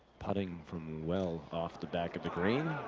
putting from well off the back of the green.